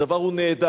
הדבר הוא נהדר.